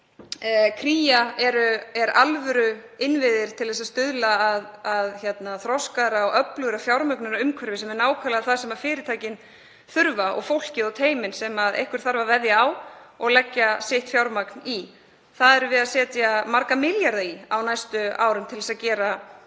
til. Kría er alvöruinnviður til að stuðla að þroskaðra og öflugra fjármögnunarumhverfi sem er nákvæmlega það sem fyrirtækin þurfa og fólkið og teymin sem einhver þarf að veðja á og leggja fjármagn í. Við erum að setja marga milljarða í það á næstu árum, til að gera